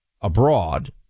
abroad